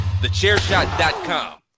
TheChairShot.com